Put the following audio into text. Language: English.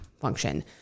function